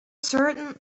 certain